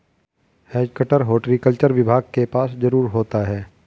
has cutter horticulture विभाग के पास जरूर होता है